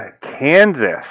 Kansas